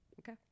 Okay